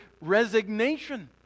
resignation